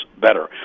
better